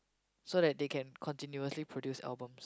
so that they can continuously produce albums